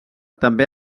també